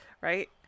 right